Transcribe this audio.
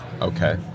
Okay